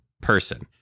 person